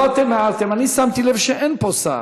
לא אתם הערתם, אני שמתי לב שאין פה שר.